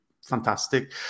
fantastic